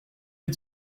les